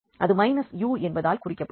அது u என்பதால் குறிக்கப்படும்